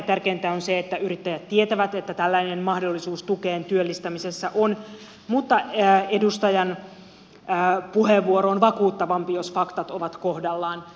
tärkeintä on se että yrittäjät tietävät että tällainen mahdollisuus tukeen työllistämisessä on mutta edustajan puheenvuoro on vakuuttavampi jos faktat ovat kohdallaan